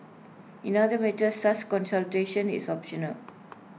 in other matters such consultation is optional